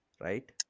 right